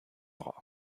drap